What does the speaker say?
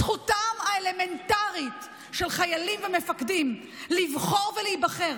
זכותם האלמנטרית של חיילים ומפקדים לבחור ולהיבחר,